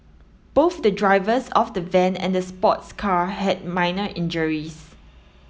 both the drivers of the van and the sports car had minor injuries